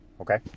Okay